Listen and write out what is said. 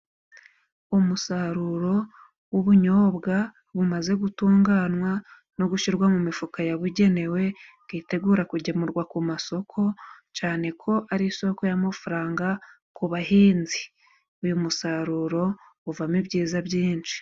Umusaruro w'ubunyobwa bumaze gutunganywa, no gushyirwa mu mifuka yabugenewe, bwitegura kugemurwa ku masoko, cyane ko ari isoko y'amafaranga ku bahinzi. Uyu musaruro uvamo ibyiza byinshi.